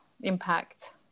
impact